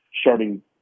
starting